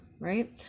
right